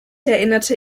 erinnerte